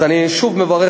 אז אני שוב מברך,